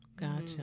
Gotcha